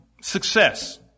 Success